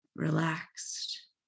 relaxed